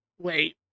Wait